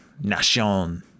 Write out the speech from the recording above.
Nation